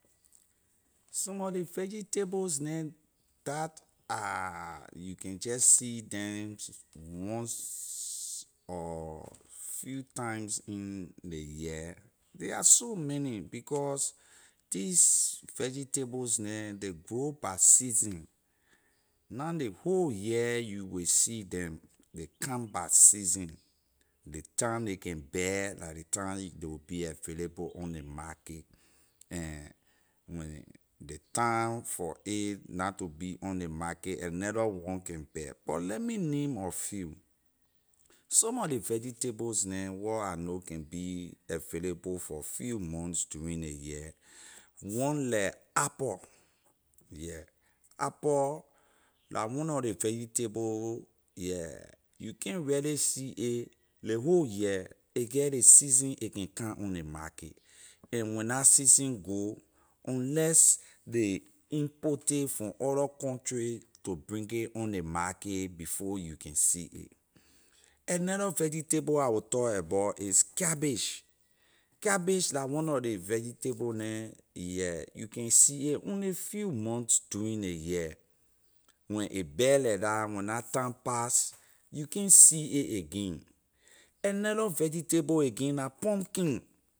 Some of ley vegetables neh that you can jeh see den once or few times in ley year they are so many because these vegetables neh ley grow by season na ley whole year you wey see them ley come by season ley time ley can bear la ley time ley will be available on ley markay and when ley time for a not to be on ley markay another one can bear but let me name a few some of ley vegetables neh wor I know can be available for few months during ley year one leh apple yeah apple la one nor ley vegetable yeah you can’t really see a ley whole year a get ley season a can come on ley markay and when la season go unless ley import it from a from other country to bring it on ley market before you can see it another vegetable i’ll talk about it cabbage cabbage la one nor ley vegetable neh yeah you can see it only few months during ley year when a bear leh dah when la time pass you can’t see it again another vegetable again la pumpkin.